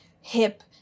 hip